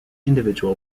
individual